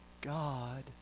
God